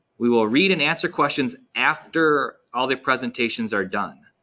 we will read and answer questions after all the presentations are done.